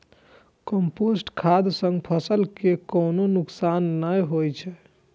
compost खाद सं फसल कें कोनो नुकसान नै होइ छै